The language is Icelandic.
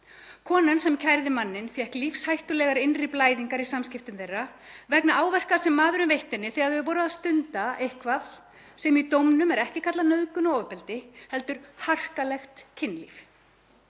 Konan sem kærði manninn fékk lífshættulegar innri blæðingar í samskiptum þeirra vegna áverka sem maðurinn veitti henni þegar þau voru að stunda eitthvað sem í dómnum er ekki kallað nauðgun og ofbeldi heldur harkalegt kynlíf.